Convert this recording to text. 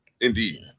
Indeed